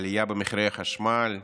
עלייה במחירי החשמל,